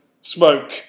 smoke